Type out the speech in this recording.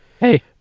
hey